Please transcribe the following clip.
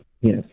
yes